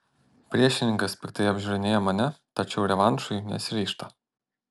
priešininkas piktai apžiūrinėja mane tačiau revanšui nesiryžta